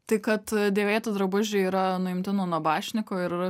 tai kad dėvėti drabužiai yra nuimti nuo nabašnikų ir